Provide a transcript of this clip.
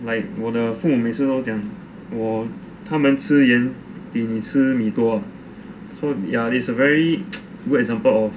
like 我的父母每次都讲我他们吃盐比你吃米多 so ya it's a very good example of